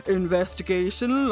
investigation